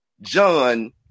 John